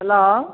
hello